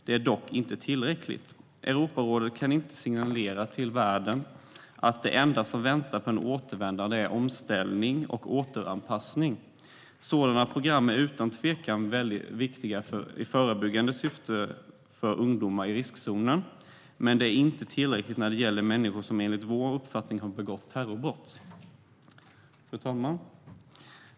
Den är dock inte tillräcklig. Europarådet kan inte signalera till världen att det enda som väntar för återvändande är omställning och återanpassning. Sådana program är utan tvekan viktiga i förebyggande syfte för ungdomar i riskzonen, men de är inte tillräckliga när det gäller människor som enligt vår uppfattning har begått terrorbrott. Fru talman!